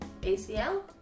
ACL